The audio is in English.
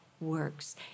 works